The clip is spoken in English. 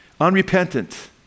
unrepentant